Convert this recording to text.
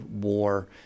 war